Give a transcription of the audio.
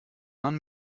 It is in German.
mann